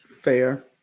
Fair